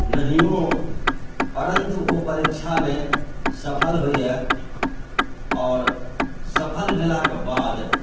नहिओ परन्तु ओ परीक्षामे सफल होइए आओर सफल भेलाके बाद